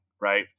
Right